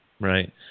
Right